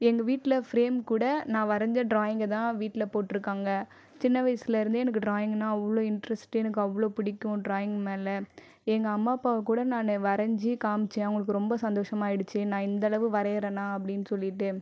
எங்கள் வீட்டில் ஃப்ரேம் கூட நான் வரைஞ்ச ட்ராயிங்கை தான் வீட்டில் போட்டுயிருக்காங்க சின்ன வயசில் இருந்தே எனக்கு ட்ராயிங்னா அவ்வளோ இன்டர்ஸ்ட்டு எனக்கு அவ்வளோ பிடிக்கும் ட்ராயிங் மேலே எங்கள் அம்மா அப்பா கூட நானு வரஞ்சு காமிச்சேன் அவங்களுக்கு ரொம்ப சந்தோசமாக ஆகிடுச்சி நான் இந்த அளவு வரையுறனா அப்படின்னு சொல்லிகிட்டு